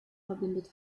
verbindet